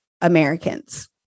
Americans